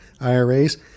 IRAs